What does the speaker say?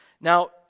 Now